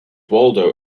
waldo